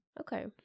Okay